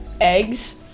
eggs